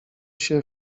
się